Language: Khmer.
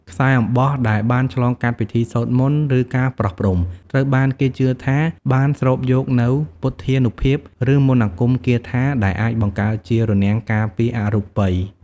ខ្សែអំបោះដែលបានឆ្លងកាត់ពិធីសូត្រមន្ត ឬការប្រោះព្រំ ត្រូវបានគេជឿថាបានស្រូបយកនូវ ពុទ្ធានុភាព ឬមន្តអាគមគាថា ដែលអាចបង្កើតជា រនាំងការពារអរូបី ។